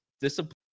discipline